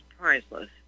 priceless